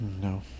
No